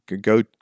go